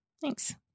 thanks